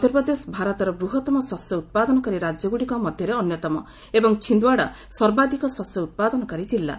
ମଧ୍ୟପ୍ରଦେଶ ଭାରତର ବୃହତ୍ତମ ଶସ୍ୟ ଉତ୍ପାଦନକାରୀ ରାଜ୍ୟଗୁଡ଼ିକ ମଧ୍ୟରେ ଅନ୍ୟତମ ଏବଂ ଛିନ୍ଦ୍ୱାଡ଼ା ସର୍ବାଧିକ ଶସ୍ୟ ଉତ୍ପାଦନକାରୀ ଜିଲ୍ଲା